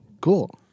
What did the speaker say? Cool